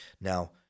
Now